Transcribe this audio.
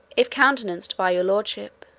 if countenanced by your lordship.